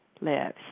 lives